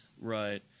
Right